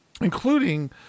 including